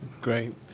great